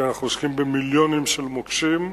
כי אנחנו עוסקים במיליונים של מוקשים,